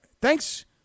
Thanks